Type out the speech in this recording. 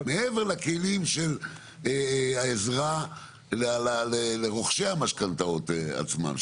מעבר לכלים של העזרה לרוכשי המשכנתאות עצמם,